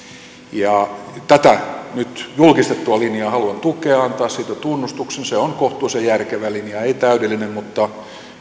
linjaa tätä nyt julkistettua linjaa haluan tukea ja antaa siitä tunnustuksen se on kohtuullisen järkevä linja ei täydellinen mutta